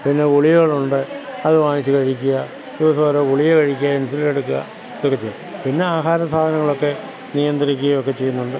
പിന്നെ ഗുളികകളുണ്ട് അതു വാങ്ങിച്ചു കഴിക്കുക ദിവസം ഓരോ ഗുളിക കഴിക്കുക ഇൻസുലിനെടുക്കുക ഇതൊക്കെ ചെയ്യും പിന്നെ ആഹാര സാധനങ്ങളൊക്കെ നിയന്ത്രിക്കുകയൊക്കെ ചെയ്യുന്നുണ്ട്